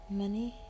money